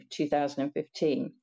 2015